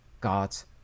God's